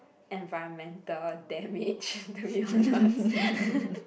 environmental damage to be honest